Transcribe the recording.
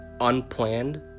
unplanned